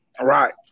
Right